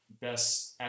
best